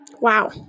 Wow